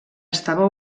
estava